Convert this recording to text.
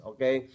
Okay